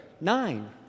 nine